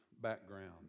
background